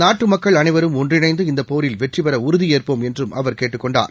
நாட்டு மக்கள் அனைவரும் ஒன்றிணைந்து இந்த போரில் வெற்றிபெற உறுதியேற்போம் என்றும் அவர் கேட்டுக்கொண்டார்